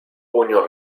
puño